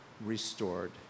restored